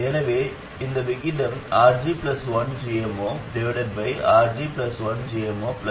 எனவே இந்த விகிதம் RG 1gm0RG 1gm0 Rs